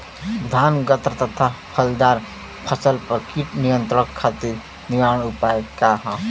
धान गन्ना तथा फलदार फसल पर कीट नियंत्रण खातीर निवारण उपाय का ह?